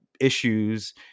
issues